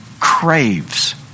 craves